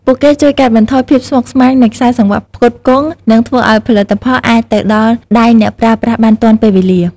ពួកគេជួយកាត់បន្ថយភាពស្មុគស្មាញនៃខ្សែសង្វាក់ផ្គត់ផ្គង់ និងធ្វើឱ្យផលិតផលអាចទៅដល់ដៃអ្នកប្រើប្រាស់បានទាន់ពេលវេលា។